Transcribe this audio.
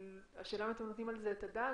אתם נותנים על זה את הדעת?